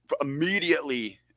Immediately